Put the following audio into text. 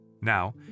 Now